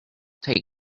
take